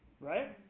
right